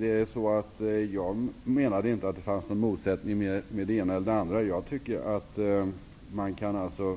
Herr talman! Jag menade inte att det fanns någon motsättning med det ena eller andra, Lennart Fremling. Jag tycker att vi